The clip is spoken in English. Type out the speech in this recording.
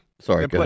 Sorry